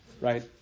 right